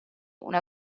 una